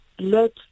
Let